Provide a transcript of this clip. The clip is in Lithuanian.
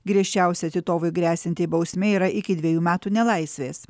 griežčiausia titovui gresianti bausmė yra iki dvejų metų nelaisvės